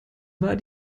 war